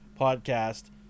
podcast